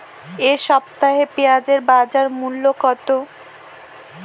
এ সপ্তাহে পেঁয়াজের বাজার মূল্য কত?